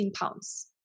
pounds